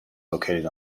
located